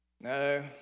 No